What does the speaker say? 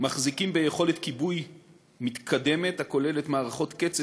מחזיקים ביכולת כיבוי מתקדמת הכוללת מערכות קצף,